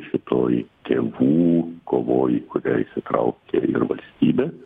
šitoj tėvų kovoj į kurią įsitraukė ir valstybė